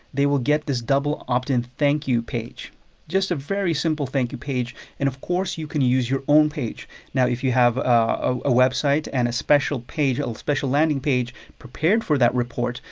they will get this double opt-in thank you page just a very simple thank you page and of course, you can use your own page now, if you have a website and a special page a special landing page prepared for that report,